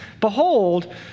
Behold